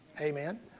Amen